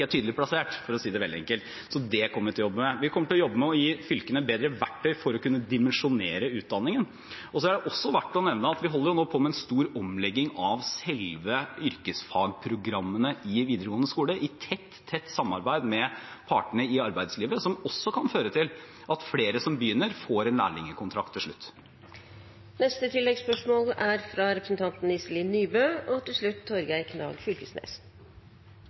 er tydelig plassert, for å si det veldig enkelt, så det kommer vi til å jobbe med. Vi kommer til å jobbe med å gi fylkene bedre verktøy for å kunne dimensjonere utdanningen. Og så er det også verdt å nevne at vi nå holder på med en stor omlegging av selve yrkesfagprogrammene i videregående skole i tett, tett samarbeid med partene i arbeidslivet, som også kan føre til at flere som begynner, får en lærlingkontrakt til